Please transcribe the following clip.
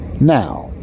Now